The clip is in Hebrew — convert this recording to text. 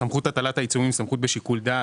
סמכות הטלת העצומים היא סמכות בשיקול דעת.